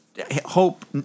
Hope